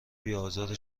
بیآزار